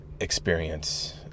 experience